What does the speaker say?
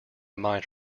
mind